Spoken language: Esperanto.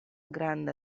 granda